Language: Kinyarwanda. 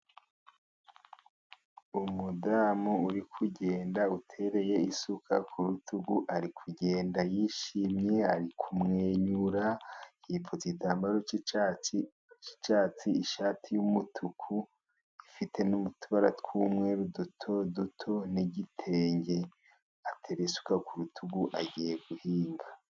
Umudamu uri kugenda utereye isuka ku rutugu, ari kugenda yishimye, ari kumwenyura. yipfutse igitambaro cy'icyatsi, ishati y'umutuku ifite n'utubara tw'umweru duto duto, n'igitenge. Atereye isuka ku rutugu agiye guhinga.